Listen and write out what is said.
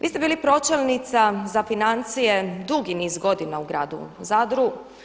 Vi ste bili pročelnica za financije dugi niz godina u gradu Zadru.